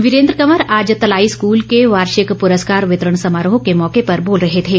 वीरेन्द्र कंवर आज तलाई स्कूल के वार्षिक पुरस्कार वितरण समारोह के मौके पर बोल रहे थे